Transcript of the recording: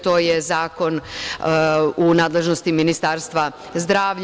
To je zakon u nadležnosti Ministarstva zdravlja.